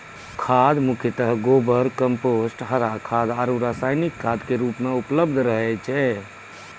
खाद मुख्यतः गोबर, कंपोस्ट, हरा खाद आरो रासायनिक खाद के रूप मॅ उपलब्ध रहै छै